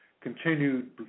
continued